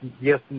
yes